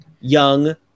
young